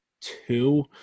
two